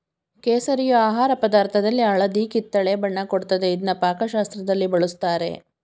ಕೇಸರಿಯು ಆಹಾರ ಪದಾರ್ಥದಲ್ಲಿ ಹಳದಿ ಕಿತ್ತಳೆ ಬಣ್ಣ ಕೊಡ್ತದೆ ಇದ್ನ ಪಾಕಶಾಸ್ತ್ರದಲ್ಲಿ ಬಳುಸ್ತಾರೆ